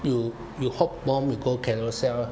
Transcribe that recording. you you hope bomb then you go Carousell